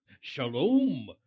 shalom